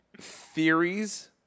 theories